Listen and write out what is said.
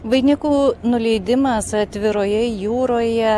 vainikų nuleidimas atviroje jūroje